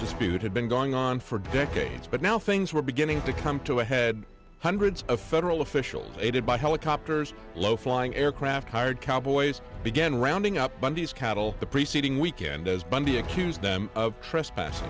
dispute had been going on for decades but now things were beginning to come to a head hundreds of federal officials aided by helicopters low flying aircraft hired cowboys began rounding up bundy's cattle the preceding weekend as bundy accused them of trespassing